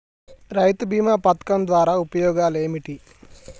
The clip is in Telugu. రైతు బీమా పథకం ద్వారా ఉపయోగాలు ఏమిటి?